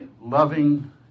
loving